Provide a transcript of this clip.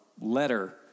letter